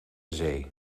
zee